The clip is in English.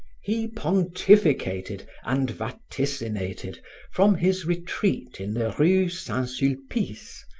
he pontificated and vaticinated from his retreat in the rue saint-sulpice,